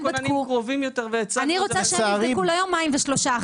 אבל היו כוננים קרובים יותר והצגנו את זה